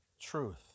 truth